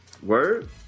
Word